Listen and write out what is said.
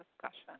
discussion